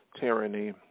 tyranny